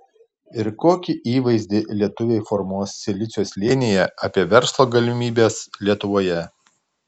ir kokį įvaizdį lietuviai formuos silicio slėnyje apie verslo galimybes lietuvoje